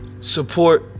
support